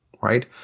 right